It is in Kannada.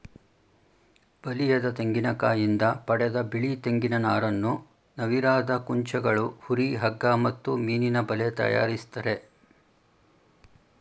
ಬಲಿಯದ ತೆಂಗಿನಕಾಯಿಂದ ಪಡೆದ ಬಿಳಿ ತೆಂಗಿನ ನಾರನ್ನು ನವಿರಾದ ಕುಂಚಗಳು ಹುರಿ ಹಗ್ಗ ಮತ್ತು ಮೀನಿನಬಲೆ ತಯಾರಿಸ್ತರೆ